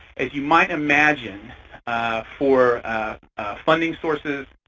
as you might imagine for funding sources,